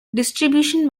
distribution